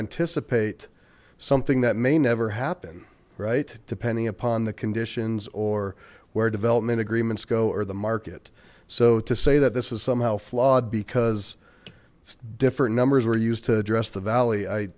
anticipate something that may never happen right depending upon the conditions or where development agreements go or the market so to say that this was somehow flawed because different numbers were used to address the valley i